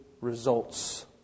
results